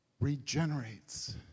regenerates